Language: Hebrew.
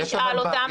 תשאל אותם,